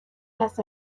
las